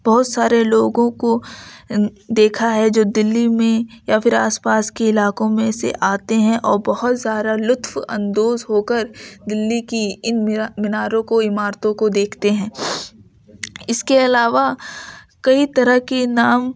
بہت سارے لوگوں کو دیکھا ہے جو دلی میں یا پھر آس پاس کے علاقوں میں سے آتے ہیں اور بہت سارا لطف اندوز ہو کر دلی کی ان میناروں کو عمارتوں کو دیکھتے ہیں اس کے علاوہ کئی طرح کے نام